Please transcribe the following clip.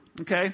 Okay